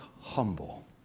humble